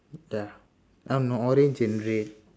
ya I don't know orange and red